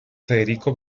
federico